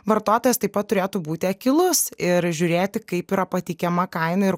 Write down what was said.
vartotojas taip pat turėtų būti akylus ir žiūrėti kaip yra pateikiama kaina ir